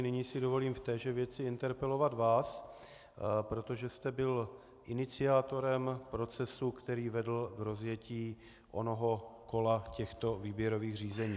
Nyní si dovolím v téže věci interpelovat vás, protože jste byl iniciátorem procesu, který vedl k rozjetí onoho kola těchto výběrových řízení.